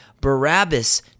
Barabbas